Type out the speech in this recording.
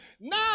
Now